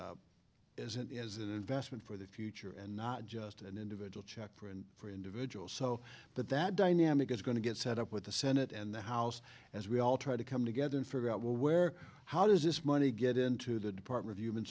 that is isn't as an investment for the future and not just an individual check for and for individuals so that that dynamic is going to get set up with the senate and the house as we all try to come together and figure out where how does this money get into the department of human